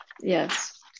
Yes